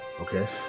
Okay